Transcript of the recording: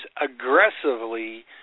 aggressively